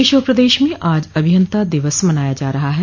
देश और प्रदेश में आज अभियन्ता दिवस मनाया जा रहा है